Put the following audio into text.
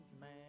man